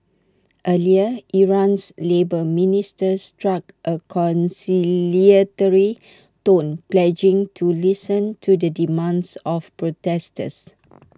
earlier Iran's labour minister struck A conciliatory tone pledging to listen to the demands of protesters